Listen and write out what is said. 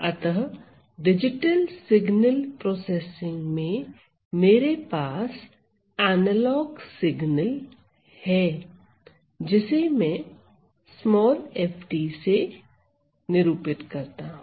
अतः digital signal processing में मेरे पास एनालॉग सिगनल है जिसे मैं f से निरूपित करता हूं